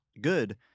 good